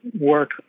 work